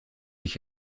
ich